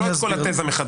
לא את כל התזה מחדש.